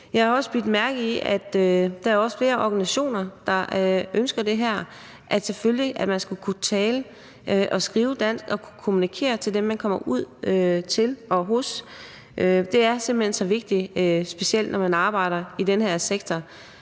Jeg har også bidt mærke i, at der er flere organisationer, der ønsker det her, altså at man selvfølgelig skal kunne tale og skrive dansk og kunne kommunikere med dem, som man kommer ud til og hos. Det er simpelt hen så vigtigt, specielt når man arbejder i den her sektor